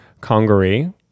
Congaree